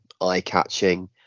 eye-catching